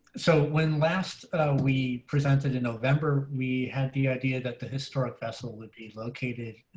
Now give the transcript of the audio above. so when last we presented in november, we had the idea that the historic festival would be located in